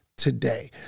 Today